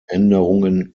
änderungen